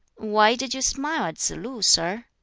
why did you smile at tsz-lu, sir?